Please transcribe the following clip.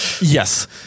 Yes